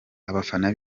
abafana